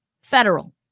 federal